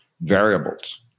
variables